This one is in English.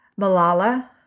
Malala